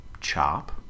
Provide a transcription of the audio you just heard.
chop